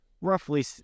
roughly